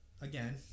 again